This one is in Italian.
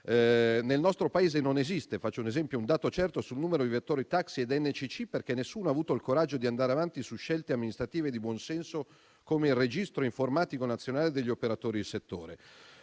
Nel nostro Paese, ad esempio, non esiste un dato certo sul numero di vettori taxi e NCC perché nessuno ha avuto il coraggio di andare avanti su scelte amministrative di buon senso, come il registro informatico nazionale degli operatori del settore.